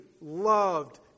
loved